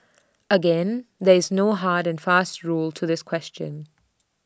again there is no hard and fast rule to this question